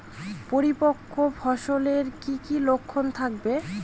পরিপক্ক ফসলের কি কি লক্ষণ থাকবে?